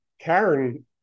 Karen